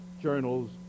journals